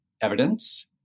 evidence